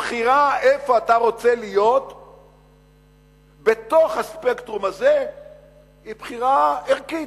הבחירה איפה אתה רוצה להיות בתוך הספקטרום הזה היא בחירה ערכית,